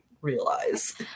realize